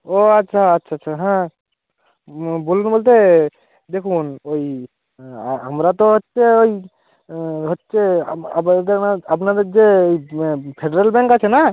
ও আচ্ছা আচ্ছা আচ্ছা হ্যাঁ বলবো বলতে দেখুন ওই আমরা তো হচ্ছে ওই হচ্ছে দেখবেন আপনাদের যে ওই ফেডারেল ব্যাংক আছে না